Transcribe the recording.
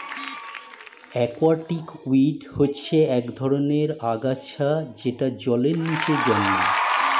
aquatic weed হচ্ছে এক ধরনের আগাছা যেটা জলের নিচে জন্মায়